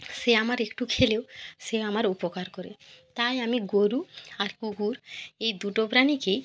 সে আমার একটু খেলেও সে আমার উপকার করে তাই আমি গরু আর কুকুর এই দুটি প্রাণীকেই